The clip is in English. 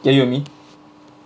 can you hear me